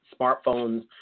smartphones